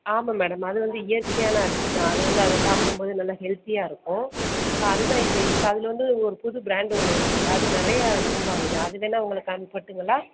ஆமாம் மேடம் அது வந்து இயற்கையான அரிசி தான் அது வந்து அதை சாப்பிடும்போது நல்லா ஹெல்த்தியாக இருக்கும் ஸோ அது தான் இப்போ இப்போ அதில் வந்து ஒரு புது பிராண்டு ஒன்று வந்துயிருக்கு அது நிறையா மூவாகுது அது வேணா உங்களுக்கு அனுப்பட்டுங்களா